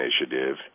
initiative